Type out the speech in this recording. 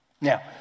Now